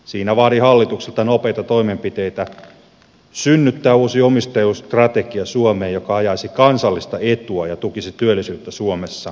siinä vaadin hallitukselta nopeita toimenpiteitä synnyttää suomeen uusi omistajuusstrategia joka ajaisi kansallista etua ja tukisi työllisyyttä suomessa